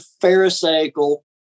Pharisaical